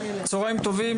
צוהריים טובים,